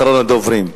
אחרון הדוברים.